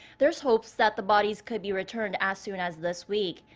there's hopes that the bodies could be returned as soon as this week.